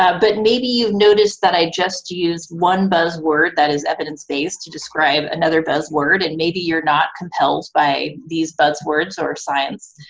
but maybe you noticed that i just used one buzzword, that is evidence-based, to describe another buzzword, and maybe you're not compelled by these buzzwords or science,